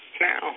now